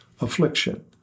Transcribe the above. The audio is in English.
affliction